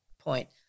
point